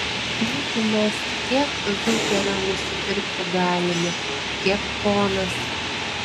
negi mes tiek zuperio nusipirkti galime kiek ponas